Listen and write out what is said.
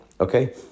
okay